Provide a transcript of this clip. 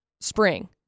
spring